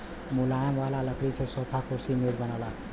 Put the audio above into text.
मुलायम वाला लकड़ी से सोफा, कुर्सी, मेज बनला